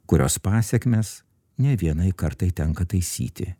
kurios pasekmes ne vienai kartai tenka taisyti